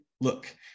Look